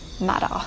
matter